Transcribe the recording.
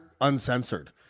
uncensored